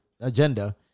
agenda